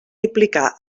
implicar